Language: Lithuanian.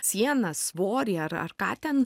sieną svorį ar ar ką ten